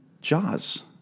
Jaws